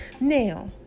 Now